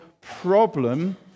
problem